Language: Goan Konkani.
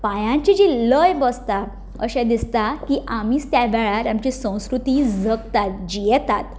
पायांची जी लय बसता अशें दिसता आमीच त्या वेळार आमची संस्कृती जगतात जियेतात